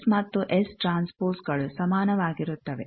S ಮತ್ತು S T ಗಳು ಸಮಾನವಾಗಿರುತ್ತದೆ